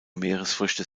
meeresfrüchte